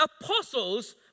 apostles